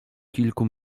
kilku